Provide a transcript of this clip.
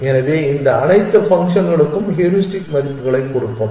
எனவே இந்த அனைத்து ஃபங்க்ஷன்களுக்கும் ஹூரிஸ்டிக் மதிப்புகளைக் கொடுப்போம்